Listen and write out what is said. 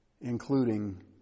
including